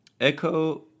Echo